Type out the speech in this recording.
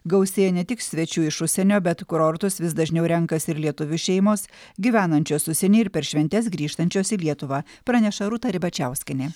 gausėja ne tik svečių iš užsienio bet kurortus vis dažniau renkasi ir lietuvių šeimos gyvenančios užsienyje ir per šventes grįžtančios į lietuvą praneša rūta ribačiauskienė